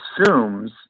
assumes